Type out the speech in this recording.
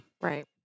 Right